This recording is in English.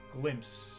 glimpse